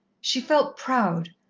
she felt proud,